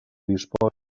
disposa